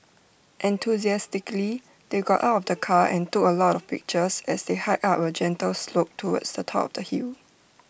enthusiastically they got out of the car and took A lot of pictures as they hiked up A gentle slope towards the top of the hill